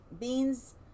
beans